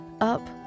Up